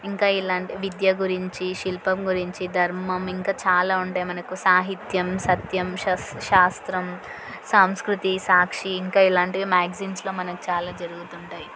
ఇంకా ఇలాంటి విద్య గురించి శిల్పం గురించి ధర్మం ఇంకా చాలా ఉంటాయి మనకు సాహిత్యం సత్యం శస్ శాస్త్రం సాంస్కృతి సాక్షి ఇంకా ఇలాంటివి మ్యాగజైన్స్లో మనకు చాలా జరుగుతుంటాయ్